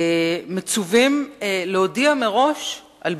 מצווים להודיע מראש על ביקורת,